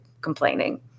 complaining